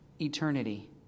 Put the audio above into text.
eternity